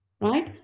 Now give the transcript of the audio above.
right